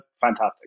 fantastic